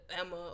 Emma